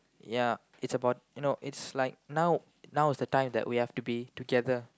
ya it's about you know it's like now now is the time that we have to be together